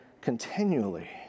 continually